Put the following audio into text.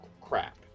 crap